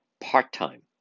part-time